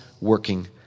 working